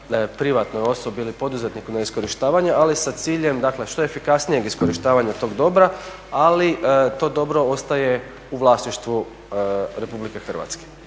privatnoj osobu ili poduzetniku na iskorištavanje ali sa ciljem dakle što efikasnijeg iskorištavanja tog dobra ali to dobro ostaje u vlasništvu Republike Hrvatske.